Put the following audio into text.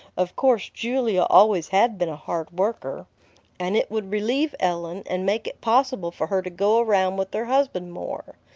of course julia always had been a hard worker and it would relieve ellen, and make it possible for her to go around with her husband more.